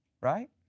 right